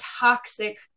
toxic